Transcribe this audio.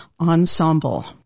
Ensemble